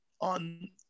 on